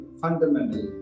fundamental